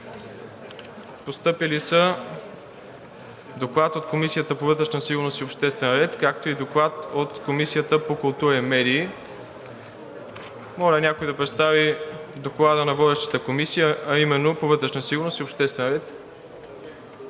Постъпили са доклади от Комисията по вътрешна сигурност и обществен ред и Комисията по културата и медиите. Моля някой да представи Доклада на водещата Комисия по вътрешна сигурност и обществен ред.